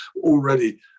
already